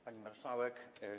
Pani Marszałek!